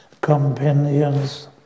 companions